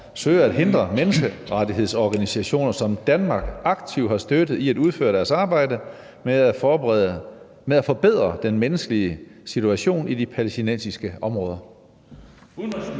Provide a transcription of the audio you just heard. søger at hindre menneskerettighedsorganisationer, som Danmark aktivt har støttet, i at udføre deres arbejde med at forbedre den menneskeretlige situation i de palæstinensiske områder?